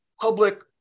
public